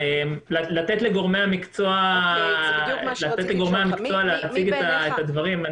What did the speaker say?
לתת לגורמי המקצוע להציג את הדברים.